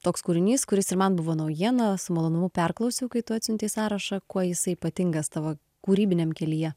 toks kūrinys kuris ir man buvo naujiena su malonumu perklausiau kai tu atsiuntei sąrašą kuo jisai ypatingas tavo kūrybiniam kelyje